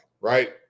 right